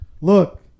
look